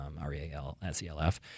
R-E-A-L-S-E-L-F